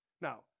Now